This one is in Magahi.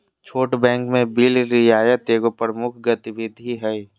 छोट बैंक में बिल रियायत एगो प्रमुख गतिविधि हइ